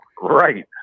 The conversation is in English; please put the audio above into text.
Right